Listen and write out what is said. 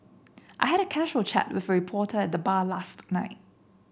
I had a casual chat with a reporter at the bar last night